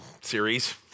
series